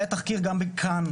היה תחקיר גם ב'כאן',